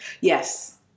Yes